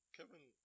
Kevin